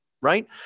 right